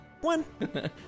one